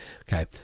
Okay